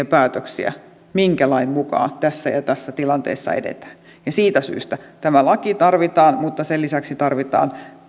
päätöksiä ja epäselvyyttä siitä minkä lain mukaan tässä ja tässä tilanteessa edetään siitä syystä tämä laki tarvitaan mutta sen lisäksi tarvitaan